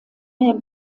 mehr